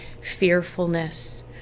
fearfulness